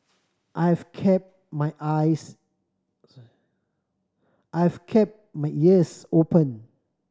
I have kept my eyes I have kept my ears open